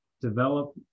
develop